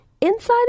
inside